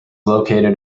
located